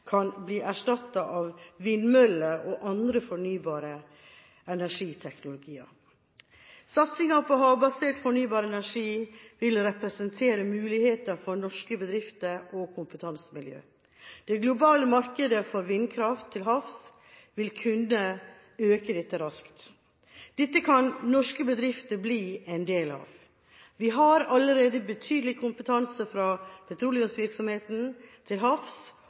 kan bli erstattet av vindmøller og andre fornybare energiteknologier. Satsing på havbasert fornybar energi vil representere muligheter for norske bedrifter og kompetansemiljøer. Det globale markedet for vindkraft til havs vil kunne øke raskt. Dette kan norske bedrifter bli en del av. Vi har allerede betydelig kompetanse fra petroleumsvirksomhet til havs